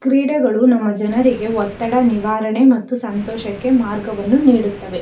ಕ್ರೀಡೆಗಳು ನಮ್ಮ ಜನರಿಗೆ ಒತ್ತಡ ನಿವಾರಣೆ ಮತ್ತು ಸಂತೋಷಕ್ಕೆ ಮಾರ್ಗವನ್ನು ನೀಡುತ್ತವೆ